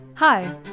Hi